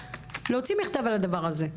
להוציא מכתב על הדבר הזה.